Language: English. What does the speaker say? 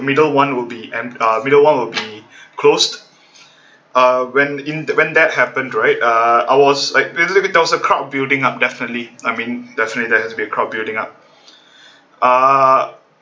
middle one will be uh middle one will be closed uh when in when that happened right uh I was like basically there was a crowd building up definitely I mean definitely there has to be a crowd building up uh